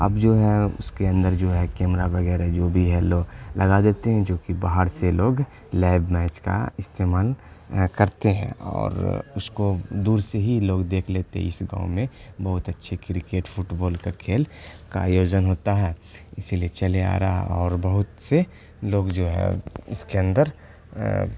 اب جو ہے اس کے اندر جو ہے کیمرہ وغیرہ جو بھی ہے لو لگا دیتے ہیں جو کہ باہر سے لوگ لائب میچ کا استعمال کرتے ہیں اور اس کو دور سے ہی لوگ دیکھ لیتے ہیں اس گاؤں میں بہت اچھے کرکٹ فٹ بال کا کھیل کا آیوجن ہوتا ہے اسی لیے چلے آ رہا ہے اور بہت سے لوگ جو ہے اس کے اندر